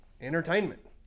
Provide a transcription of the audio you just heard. entertainment